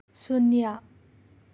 ꯁꯨꯟꯅ꯭ꯌꯥ